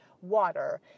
water